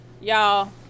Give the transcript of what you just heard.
Y'all